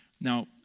Now